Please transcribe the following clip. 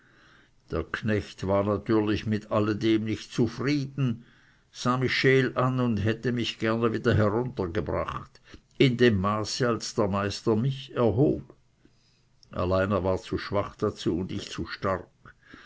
der knecht war natürlich mit dem allem nicht zufrieden sah mich scheel an und hätte mich gerne wieder heruntergebracht in dem maße als der meister mich erhob allein er war zu schwach dazu und ich zu stark